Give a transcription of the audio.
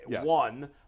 one